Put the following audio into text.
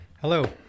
Hello